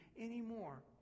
anymore